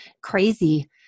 crazy